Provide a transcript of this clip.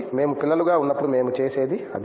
మేము పిల్లలుగా ఉన్నప్పుడు మేము చేసేది అదే